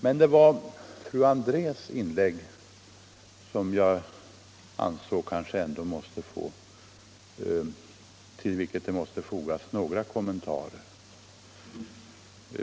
Till fru Andrés inlägg anser jag dock att det måste fogas några kommentarer.